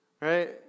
Right